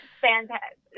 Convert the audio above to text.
fantastic